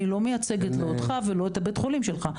אני לא מייצגת לא אותך ולא את בית החולים שלך.